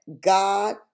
God